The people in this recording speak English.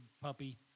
puppy